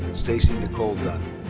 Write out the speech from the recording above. stacey nicole dunn.